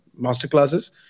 masterclasses